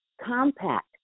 compact